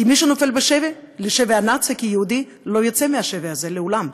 כי מי שנופל בשבי הנאצי כיהודי לא יצא מהשבי הזה לעולם.